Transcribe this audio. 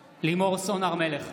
מלך,